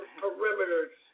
perimeters